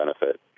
benefit